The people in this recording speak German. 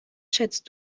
schätzt